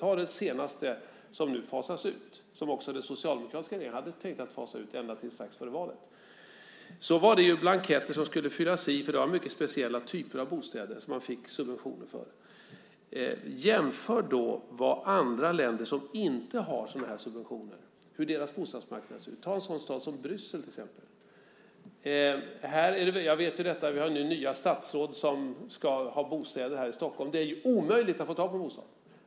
Ta den senaste, som nu fasas ut och som också den socialdemokratiska regeringen hade tänkt fasa ut ända tills strax före valet. Det var blanketter som skulle fyllas i, för det var mycket speciella typer av bostäder som man fick subventioner för. Jämför hur bostadsmarknaden ser ut i andra länder, som inte har sådana här subventioner. Ta en sådan stad som Bryssel till exempel. Jag vet ju detta. Vi har nu nya statsråd som ska ha bostäder här i Stockholm. Det är omöjligt att få tag på en bostad.